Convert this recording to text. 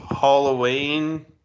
Halloween